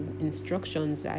instructions